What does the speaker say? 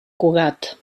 cugat